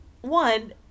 one